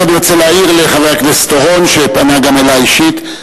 אני רק רוצה להעיר לחבר הכנסת אורון שפנה גם אלי אישית: